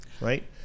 right